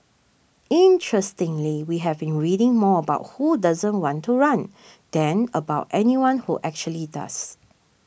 interestingly we have been reading more about who doesn't want to run than about anyone who actually does